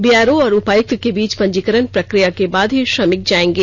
BRO और उपायुक्त के बीच पंजीकरण प्रक्रिया के बाद ही श्रमिक जाएंगे